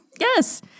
Yes